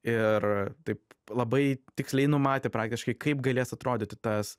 ir taip labai tiksliai numatė praktiškai kaip galės atrodyti tas